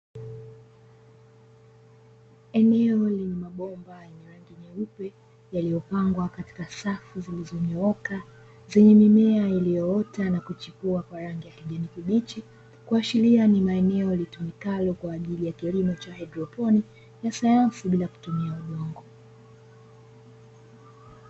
Eneo lenye mabomba yenye rangi nyeupe, yaliyopangwa katika safu zilizonyooka, zenye mimea iliyoota na kuchipua kwa rangi ya kijani kibichi, kuashiria ni eneo litumikalo kwa ajili ya kilimo cha haidroponi, ya sayansi bila kutumia udongo.